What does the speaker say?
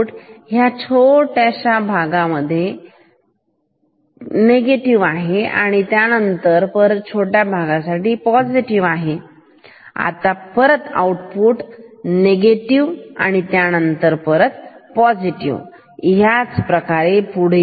ह्या छोट्याशा भागांमध्ये आउटपुट निगेटिव आहे आणि मग परत छोट्या भागासाठी आउटपुट पॉझिटिव्ह होईल आणि परत आउटपुट निगेटिव्ह त्यानंतर पुन्हा आउटपुट पॉझिटिव्ह आणि ह्याच प्रकारे पुढेही